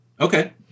Okay